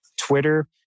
Twitter